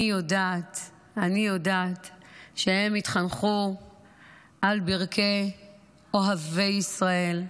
אני יודעת שהם התחנכו על ברכי אוהבי ישראל,